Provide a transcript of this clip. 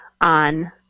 on